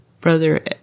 Brother